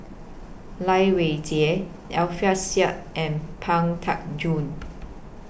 Lai Weijie Alfian Sa'at and Pang Teck Joon